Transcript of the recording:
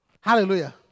Hallelujah